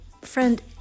Friend